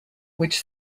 which